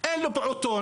אין לו פעוטון,